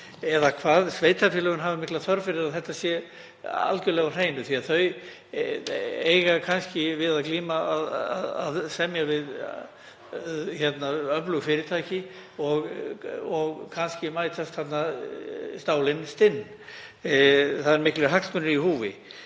Sveitarfélögin hafa mikla þörf fyrir að þetta sé algjörlega á hreinu því að þau eiga kannski við að glíma að semja við öflug fyrirtæki og kannski mætast stálin stinn. Það eru miklir hagsmunir í húfi.